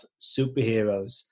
superheroes